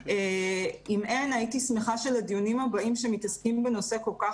אם אין הייתי שמחה שלדיונים הבאים שמתעסקים בנושא כל כך